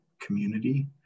community